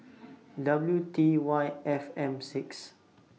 W T Y F M six